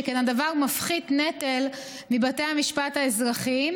שכן הדבר מפחית נטל מבתי המשפט האזרחיים